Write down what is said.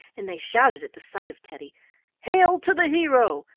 and they shouted at the sight of teddy hail to the hero!